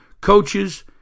coaches